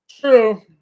True